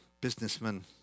businessman